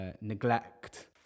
neglect